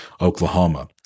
Oklahoma